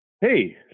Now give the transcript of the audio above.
Hey